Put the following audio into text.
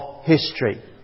history